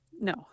No